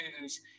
news